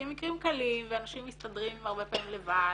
הם מקרים קלים ואנשים מסתדרים הרבה פעמים לבד.